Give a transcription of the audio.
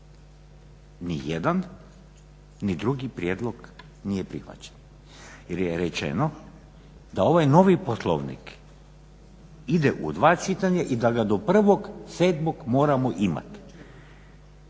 Ni jedan ni drugi prijedlog nije prihvaćen jer je rečeno da ovaj novi poslovnik ide u dva čitanja i da ga do 1.7.moramo imati.